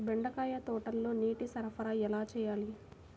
బెండకాయ తోటలో నీటి సరఫరా ఎలా చేయాలి?